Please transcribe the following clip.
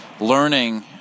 learning